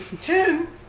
Ten